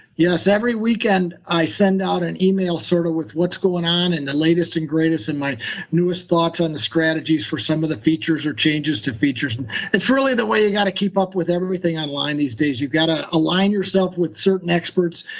yes. every weekend, i send out an e-mail, sort of what's going on and the latest and greatest, and my newest thoughts on the strategies for some of the features, or changes to features. and it's really the way you've got to keep up with everything online these days. you've got to align yourself with certain experts,